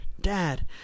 Dad